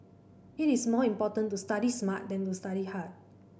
it is more important to study smart than to study hard